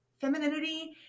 femininity